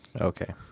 Okay